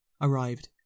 arrived